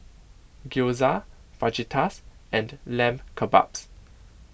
Gyoza Fajitas and Lamb Kebabs